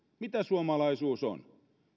mitä suomalaisuus on